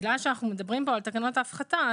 בגלל שאנחנו מדברים על תקנות ההפחתה,